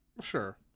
Sure